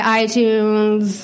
iTunes